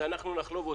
אנחנו נחלוב אותו,